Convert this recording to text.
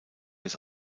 des